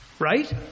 right